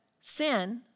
sin